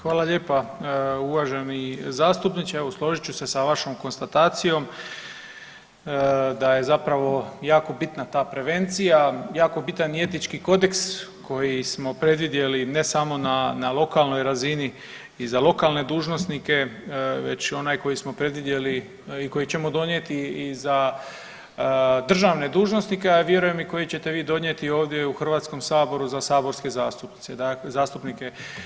Hvala lijepa uvaženi zastupniče, evo složit ću se sa vašom konstatacijom da je zapravo jako bitna ta prevencija, jako bitan i etički kodeks koji smo predvidjeli ne samo na lokalnoj razini i za lokalne dužnosnike već i onaj koji smo predvidjeli i koji ćemo donijeti i za državne dužnosnike, a vjerujem i koji ćete vi donijet u Hrvatskom saboru za saborske zastupnice, zastupnike.